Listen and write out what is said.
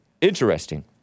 interesting